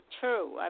true